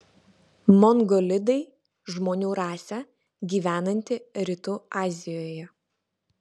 mongolidai žmonių rasė gyvenanti rytų azijoje